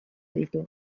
ditu